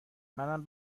منم